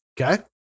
Okay